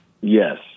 Yes